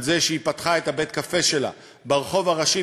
על זה שהיא פתחה את בית-הקפה שלה ברחוב הראשי